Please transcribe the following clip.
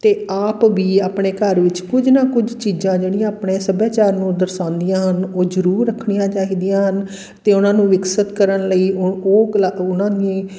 ਅਤੇ ਆਪ ਵੀ ਆਪਣੇ ਘਰ ਵਿੱਚ ਕੁਝ ਨਾ ਕੁਝ ਚੀਜ਼ਾਂ ਜਿਹੜੀਆਂ ਆਪਣੇ ਸੱਭਿਆਚਾਰ ਨੂੰ ਦਰਸਾਉਂਦੀਆਂ ਹਨ ਉਹ ਜ਼ਰੂਰ ਰੱਖਣੀਆਂ ਚਾਹੀਦੀਆਂ ਹਨ ਅਤੇ ਉਹਨਾਂ ਨੂੰ ਵਿਕਸਿਤ ਕਰਨ ਲਈ ਉਹ ਉਹ ਕਲਾ ਉਹਨਾਂ ਨੂੰ ਹੀ